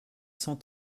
cent